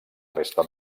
resta